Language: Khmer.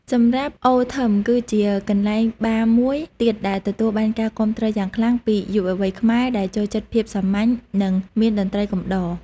សម្រាប់ អូ ថឹម គឺជាកន្លែងបារមួយទៀតដែលទទួលបានការគាំទ្រយ៉ាងខ្លាំងពីយុវវ័យខ្មែរដែលចូលចិត្តភាពសាមញ្ញ និងមានតន្ត្រីកំដរ។